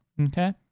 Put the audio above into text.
Okay